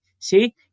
See